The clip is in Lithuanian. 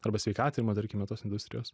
arba sveikatinimo tarkime tos industrijos